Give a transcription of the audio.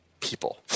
people